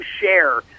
share